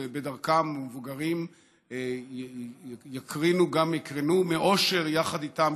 ובדרכם מבוגרים יקרינו וגם יקרנו מאושר יחד איתם,